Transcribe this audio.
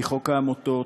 מחוק העמותות,